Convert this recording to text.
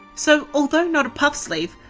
so although not a puff sleeve,